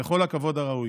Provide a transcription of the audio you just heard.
בכל הכבוד הראוי.